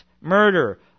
murder